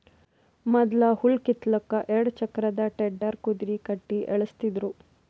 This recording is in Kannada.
ಮೊದ್ಲ ಹುಲ್ಲ್ ಕಿತ್ತಲಕ್ಕ್ ಎರಡ ಚಕ್ರದ್ ಟೆಡ್ಡರ್ ಕುದರಿ ಕಟ್ಟಿ ಎಳಸ್ತಿದ್ರು